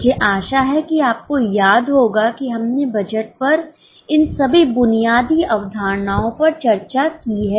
मुझे आशा है कि आपको याद होगा कि हमने बजट पर इन सभी बुनियादी अवधारणाओं पर चर्चा की है